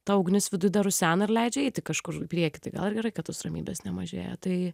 ta ugnis viduj dar rusena ir leidžia eiti kažkur į priekį tai gal gerai kad tos ramybės nemažėja tai